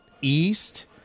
east